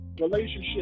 relationship